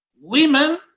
women